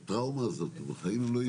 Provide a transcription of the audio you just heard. זו טראומה שהם בחיים לא יצאו ממנה.